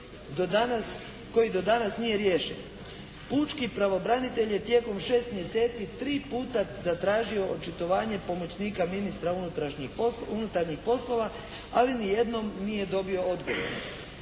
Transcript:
koji do danas nije riješen. Pučki pravobranitelj je tijekom šest mjeseci tri puta zatražio očitovanje pomoćnika ministra unutarnjih poslova ali ni jednom nije dobio odgovor.